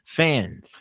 fans